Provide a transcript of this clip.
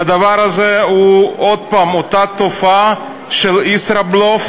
והדבר הזה הוא עוד פעם אותה תופעה של ישראבלוף,